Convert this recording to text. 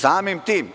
Samim tim